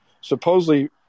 Supposedly